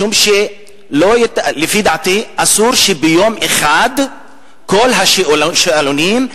משום שלפי דעתי אסור שביום אחד כל השאלונים,